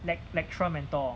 lec~ lecturer mentor